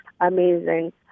amazing